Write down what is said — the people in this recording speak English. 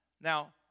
Now